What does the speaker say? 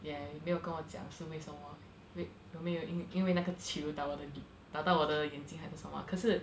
也没有跟我讲是为什么 eh 有没有因为因为那个球打我的打到我的眼睛还是什么啊可是